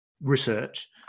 research